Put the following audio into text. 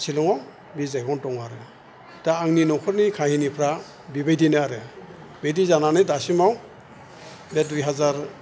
सिलंआव बे जायगायावनो दङ आरो दा आंनि न'खरनि खाहिनिफ्रा बिबायदिनो आरो बिदि जानानै दासिमाव बे दुइ हाजार